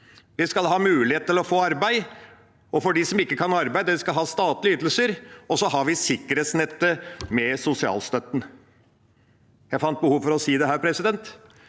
Vi skal ha mulighet til å få arbeid, og de som ikke kan arbeide, skal ha statlige ytelser. Og så har vi sikkerhetsnettet med sosialstøtten. Jeg fant behov for å si dette, for jeg synes